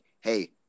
hey